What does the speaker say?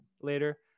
later